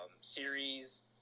series